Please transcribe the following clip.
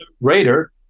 raider